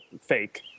fake